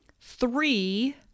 three